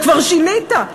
וכבר שינית.